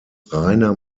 reiner